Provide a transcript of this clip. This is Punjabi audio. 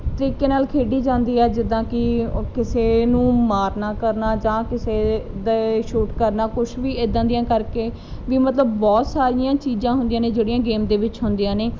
ਤਰੀਕੇ ਨਾਲ ਖੇਡੀ ਜਾਂਦੀ ਹੈ ਜਿੱਦਾਂ ਕਿ ਕਿਸੇ ਨੂੰ ਮਾਰਨਾ ਕਰਨਾ ਜਾਂ ਕਿਸੇ ਦੇ ਸ਼ੂਟ ਕਰਨਾ ਕੁਛ ਵੀ ਇੱਦਾਂ ਦੀਆਂ ਕਰਕੇ ਵੀ ਮਤਲਬ ਬਹੁਤ ਸਾਰੀਆਂ ਚੀਜ਼ਾਂ ਹੁੰਦੀਆਂ ਨੇ ਜਿਹੜੀਆਂ ਗੇਮ ਦੇ ਵਿੱਚ ਹੁੰਦੀਆਂ ਨੇ